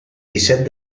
disset